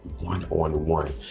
one-on-one